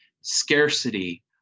scarcity